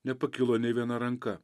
nepakilo nei viena ranka